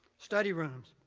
study rooms.